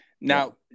Now